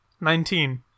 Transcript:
Nineteen